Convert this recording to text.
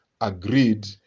agreed